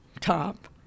top